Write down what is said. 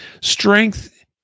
Strength